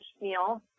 meal